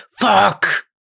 Fuck